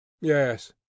Yes